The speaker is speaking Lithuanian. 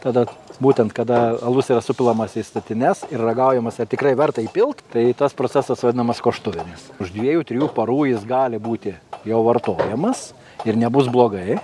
tada būtent kada alus yra supilamas į statines ir ragaujamas ar tikrai verta jį pilt tai tas procesas vadinamas koštuvėmis už dviejų trijų parų jis gali būti jau vartojamas ir nebus blogai